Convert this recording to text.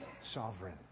sovereign